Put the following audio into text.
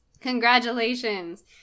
Congratulations